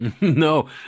no